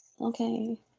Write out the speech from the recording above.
Okay